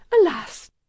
Alas